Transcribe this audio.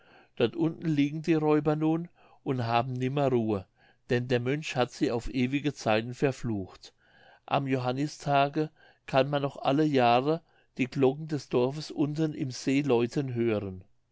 dort unten liegen die räuber nun und haben nimmer ruhe denn der mönch hat sie auf ewige zeiten verflucht am johannistage kann man noch alle jahre die glocken des dorfes unten im see läuten hören